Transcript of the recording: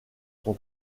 son